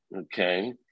Okay